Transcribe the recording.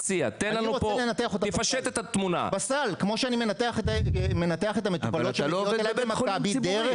תסביר את הדינמיקה כי זה מאוד חשוב.